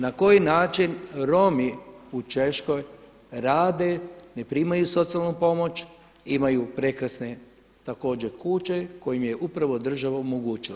Na koji način Romi u Češkoj rade, ne primaju socijalnu pomoć, imaju prekrasne također kuće koje im je upravo država omogućila.